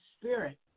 Spirit